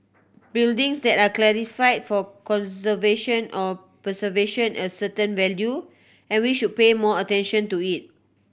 buildings that are classified for conservation or preservation a certain value and we should pay more attention to it